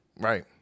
right